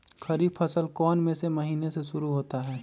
खरीफ फसल कौन में से महीने से शुरू होता है?